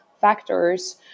factors